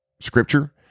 scripture